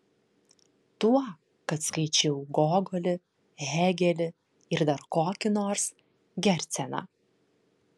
tuo kad skaičiau gogolį hėgelį ir dar kokį nors gerceną